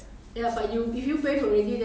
to your bedroom thirty steps